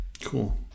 Cool